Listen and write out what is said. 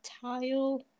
Tile